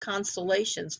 constellations